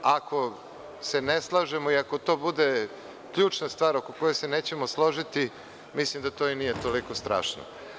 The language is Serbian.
Ako se ne slažemo i ako to bude ključna stvar oko koje se nećemo složiti, mislim da to i nije toliko strašno.